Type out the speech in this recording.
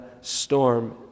storm